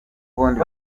ubundi